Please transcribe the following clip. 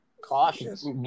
cautious